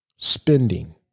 spending